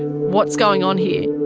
what's going on here?